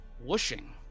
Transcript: whooshing